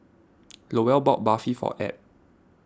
Lowell bought Barfi for Add